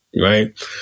Right